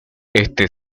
este